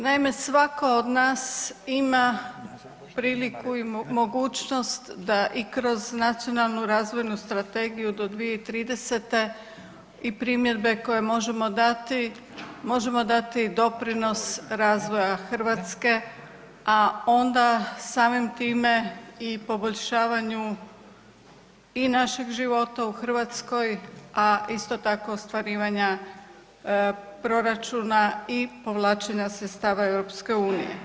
Naime, svako od nas ima priliku i mogućnost da i kroz nacionalnu razvojnu strategiju do 2030. i primjedbe koje možemo dati, možemo dati doprinos razvoja Hrvatske, a onda samim time i poboljšavanju i našeg života u Hrvatskoj, a isto tako ostvarivanja proračuna i povlačenja sredstava EU.